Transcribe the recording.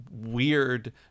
Weird